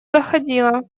доходило